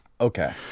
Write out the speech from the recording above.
Okay